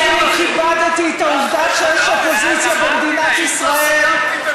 כי אני כיבדתי את העובדה שיש אופוזיציה במדינת ישראל,